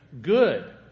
good